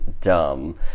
dumb